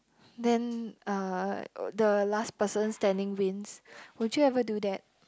then uh the last person standing wins would you ever do that